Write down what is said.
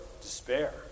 despair